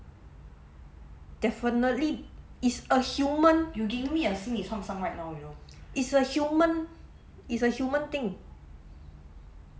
definitely it's a human it's a human it's a human thing